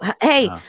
hey